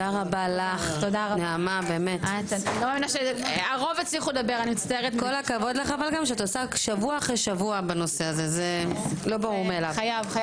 הישיבה ננעלה בשעה 14:18.